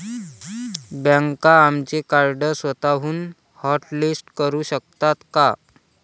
बँका आमचे कार्ड स्वतःहून हॉटलिस्ट करू शकतात का?